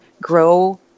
grow